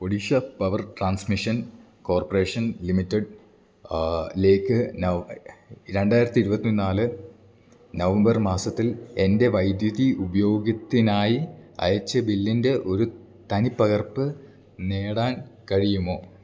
Odisha power transmission corporation limited ലേക്ക് രണ്ടായിരത്തി ഇരുപത്തിനാല് നവംബർ മാസത്തിൽ എൻ്റെ വൈദ്യുതി ഉപയോഗത്തിനായി അയച്ച ബില്ലിൻ്റെ ഒരു തനിപകർപ്പ് നേടാൻ കഴിയുമോ